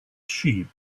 sheep